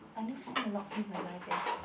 I never seen a locksmith in my life eh